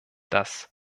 das